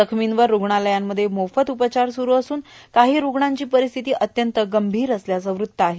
जखमींवर रूग्णालयांमध्ये मोफत उपचार सुरू असून काही रूग्णांची परिस्थिती अत्यंत गंभीर असल्याचं वृत्त आहे